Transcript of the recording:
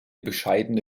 bescheidene